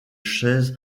chaise